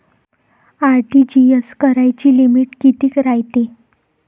RTGS कराची limit कितीक रायते?